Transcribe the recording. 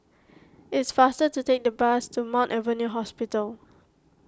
it's faster to take the bus to Mount Alvernia Hospital